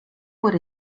por